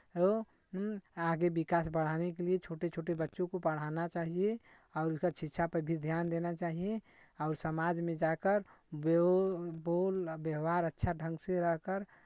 आगे विकास बढ़ाने के लिये छोटे छोटे बच्चों को पढ़ाना चाहिए और उसका शिक्षा पे भी ध्यान देना चाहिए और समाज में जा कर ब्यो बोल वयवहार अच्छा ढंग से रख कर